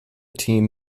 team